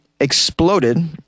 exploded